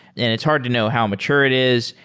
and it's hard to know how immature it is.